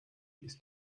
ist